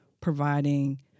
providing